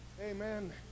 Amen